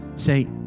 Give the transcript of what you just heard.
Say